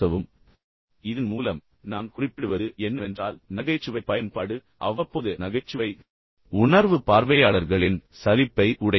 உண்மையில் இதன் மூலம் நான் குறிப்பிடுவது என்னவென்றால் நகைச்சுவை பயன்பாடு அவ்வப்போது நகைச்சுவை அவ்வப்போது நகைச்சுவை உணர்வு பார்வையாளர்களின் சலிப்பை உடைக்கும்